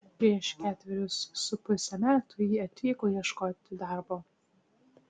prieš ketverius su puse metų ji atvyko ieškoti darbo